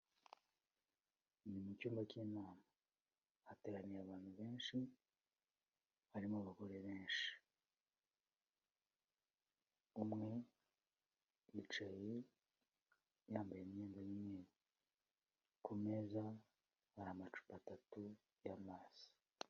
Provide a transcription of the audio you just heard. Mu cyumba cy'inama, hateraniye abantu benshi harimo abagore benshi, umwe yicaye yambaye imyenda y'umweru, ku meza hari amacupa atatu y'amazi.